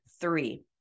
three